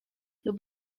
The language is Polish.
lub